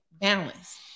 Balance